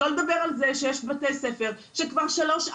שלא לדבר על זה שיש בתי ספר שכבר שלוש,